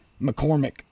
McCormick